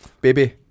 Baby